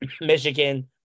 Michigan